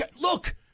Look